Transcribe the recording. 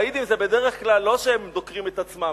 שהידים זה בדרך כלל לא שהם דוקרים את עצמם,